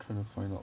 trying to find out